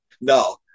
No